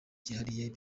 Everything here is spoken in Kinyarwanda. cyihariye